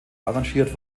arrangiert